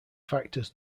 factors